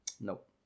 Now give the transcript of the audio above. Nope